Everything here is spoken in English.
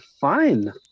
fine